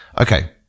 Okay